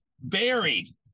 buried